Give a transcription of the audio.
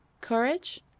courage